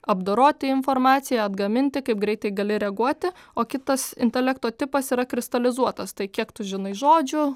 apdoroti informaciją atgaminti kaip greitai gali reaguoti o kitas intelekto tipas yra kristalizuotas tai kiek tu žinai žodžių